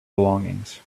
belongings